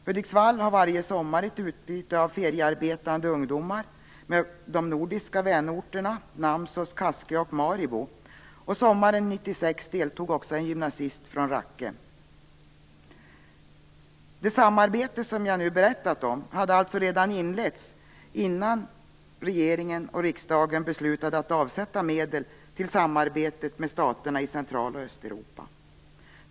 Hudiksvall har varje sommar ett utbyte av feriearbetande ungdomar med de nordiska vänorterna Namsos, Kaskö och Maribo. Sommaren Det samarbete som jag nu berättat om hade alltså redan inletts innan regeringen och riksdagen beslutade att avsätta medel till samarbetet med staterna i Central och Östeuropa.